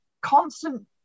constant